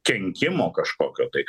kenkimo kažkokio tai